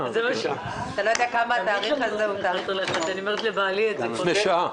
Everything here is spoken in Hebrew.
ואפשר לבדוק את זה,